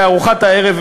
בארוחת הערב,